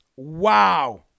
Wow